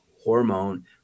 hormone